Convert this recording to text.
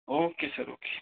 okay sir okay